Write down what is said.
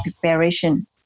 preparation